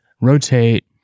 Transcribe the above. rotate